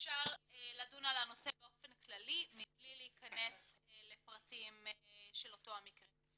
אפשר לדון על הנושא באופן כללי מבלי להכנס לפרטים של אותו המקרה.